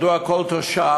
מדוע כל תושב,